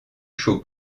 chaud